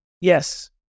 Yes